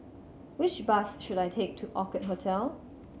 which bus should I take to Orchid Hotel